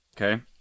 Okay